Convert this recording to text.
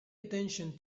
attention